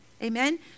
amen